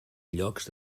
llocs